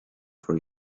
for